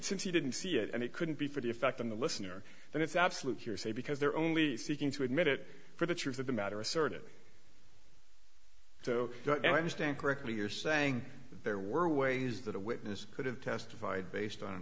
since he didn't see it and it couldn't be for the effect on the listener and it's absolute hearsay because they're only seeking to admit it for the truth of the matter asserted so i understand correctly you're saying that there were ways that a witness could have testified based on